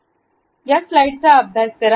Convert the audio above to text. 30 स्लाईडला अभ्यास करा